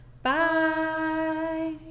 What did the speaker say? Bye